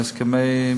עם הסכמי,